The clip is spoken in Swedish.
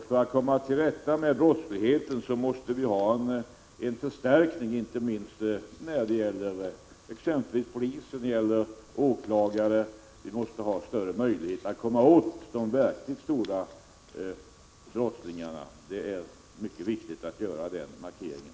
För att komma till rätta med brottsligheten måste vi ha en förstärkning, inte minst när det gäller exempelvis polis och åklagare. Vi måste ha större möjlighet att komma åt de verkligt stora brottslingarna. Det är mycket viktigt att göra den markeringen.